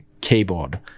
keyboard